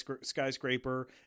skyscraper